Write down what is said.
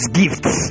gifts